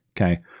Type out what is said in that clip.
Okay